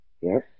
Yes